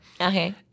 Okay